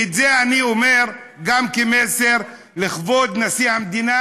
את זה אני אומר גם כמסר לכבוד נשיא המדינה,